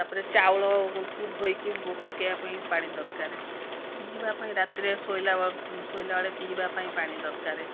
ତାପରେ ଚାଉଳକୁ ଧୋଇକି ପକେଇବା ପାଇଁ ପାଣି ଦରକାର ପିଇବା ପାଇଁ ରାତିରେ ଶୋଇଲା ଶୋଇଲାବେଳେ ପିଇବାପାଇଁ ପାଣି ଦରକାର